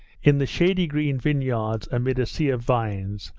in the shady green vineyards amid a sea of vines,